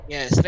Yes